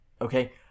okay